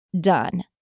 done